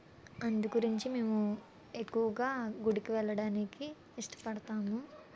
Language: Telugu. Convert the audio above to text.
అందు గురించి మేము ఎక్కువగా గుడికి వెళ్ళడానికి ఇష్టపడతాము